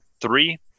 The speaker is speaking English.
three